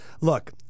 look